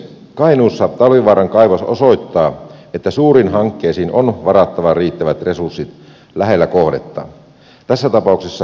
kainuussa talvivaaran kaivos osoittaa että suuriin hankkeisiin on varattava riittävät resurssit lähellä kohdetta tässä tapauksessa kainuun elyyn